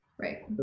Right